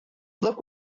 look